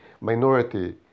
minority